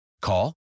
Call